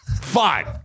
fine